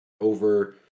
over